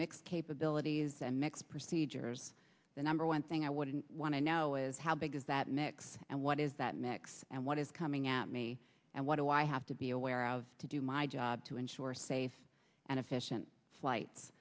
mixed capabilities the next procedures the number one thing i wouldn't want to know is how big is that mix and what is that mix and what is coming at me and what do i have to be aware of to do my job to ensure safe and efficient flights